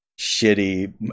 shitty